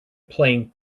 playing